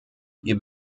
wir